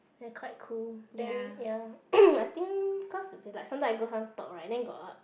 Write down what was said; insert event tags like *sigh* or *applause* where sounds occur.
they're quite cool then ya *coughs* I think cause if is like sometime I go some talk right then got ah